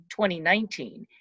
2019